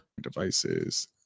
devices